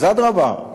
אז אדרבה,